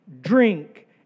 drink